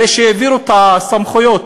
הרי העבירו את הסמכויות